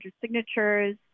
signatures